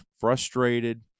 frustrated